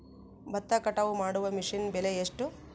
ಭತ್ತ ಕಟಾವು ಮಾಡುವ ಮಿಷನ್ ಬೆಲೆ ಎಷ್ಟು?